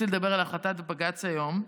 לדבר על החלטת בג"ץ היום.